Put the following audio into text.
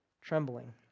trembling